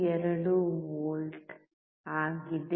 2 volt ಆಗಿದೆ